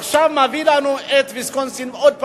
עכשיו הוא מביא לנו את ויסקונסין עוד פעם,